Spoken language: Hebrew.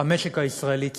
המשק הישראלי צמח.